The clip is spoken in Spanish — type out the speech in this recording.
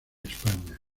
españa